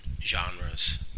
genres